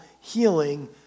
healing